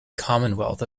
commonwealth